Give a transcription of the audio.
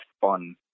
fun